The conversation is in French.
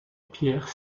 pierre